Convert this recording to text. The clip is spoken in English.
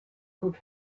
could